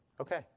Okay